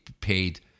paid